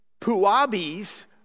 Puabi's